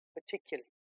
particularly